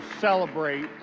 celebrate